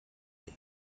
des